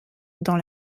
dans